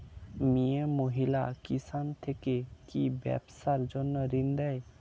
মিয়ে মহিলা কিষান থেকে কি ব্যবসার জন্য ঋন দেয়?